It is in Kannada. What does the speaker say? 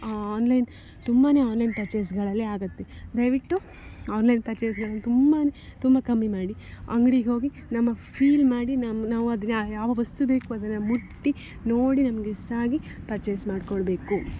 ಆನ್ಲೈನ್ ತುಂಬಾ ಆನ್ಲೈನ್ ಪರ್ಚೇಸ್ಗಳಲ್ಲಿ ಆಗುತ್ತೆ ದಯವಿಟ್ಟು ಆನ್ಲೈನ್ ಪರ್ಚೇಸ್ಗಳನ್ನು ತುಂಬ ಅಂದರೆ ತುಂಬ ಕಮ್ಮಿ ಮಾಡಿ ಅಂಗ್ಡಿಗೆ ಹೋಗಿ ನಮ್ಮ ಫೀಲ್ ಮಾಡಿ ನಮ್ಮ ನಾವು ಅದನ್ನ ಯಾವ ವಸ್ತು ಬೇಕು ಅದನ್ನು ಮುಟ್ಟಿ ನೋಡಿ ನಮಗೆ ಇಷ್ಟ ಆಗಿ ಪರ್ಚೇಸ್ ಮಾಡಿಕೊಳ್ಬೇಕು